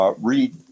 read